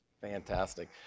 fantastic